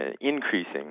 increasing